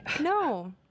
No